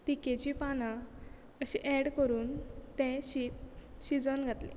तिकेचीं पानां अशी एड करून तें शीत शिजत घातलें